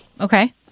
Okay